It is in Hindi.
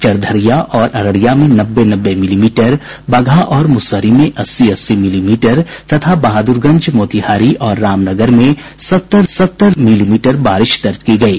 चरधरिया और अररिया में नब्बे नब्बे मिलीमीटर बगहा और मुसहरी में अस्सी अस्सी मिलीमीटर तथा बहाद्रगंज मोतिहारी और रामनगर में सत्तर सत्तर मिलीमीटर बारिश दर्ज की गयी